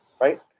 Right